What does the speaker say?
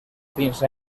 fins